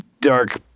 dark